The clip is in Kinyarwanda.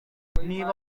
niba